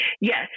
Yes